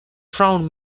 found